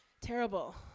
Terrible